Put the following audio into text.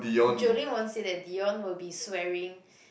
Jolene won't say that Dion will be swearing